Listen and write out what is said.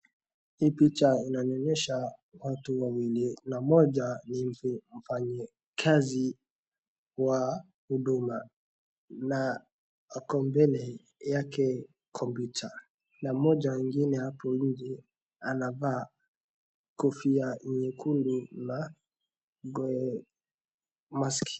Hii picha inanionyesha watu wawili na mmoja ni mfanyikazi wa huduma. Na ako mbele yake kompyuta na mmoja mwingine hapo nje anavaa kofia nyekundu na mask .